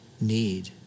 need